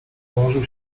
położył